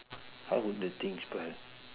how would the thing spoil